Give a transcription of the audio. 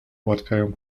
ułatwiają